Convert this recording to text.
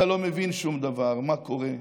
אתה לא מבין שום דבר, מה קורה.